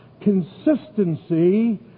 consistency